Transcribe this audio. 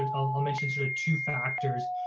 ah i'll i'll mention sort of two factors.